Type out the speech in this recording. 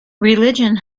religion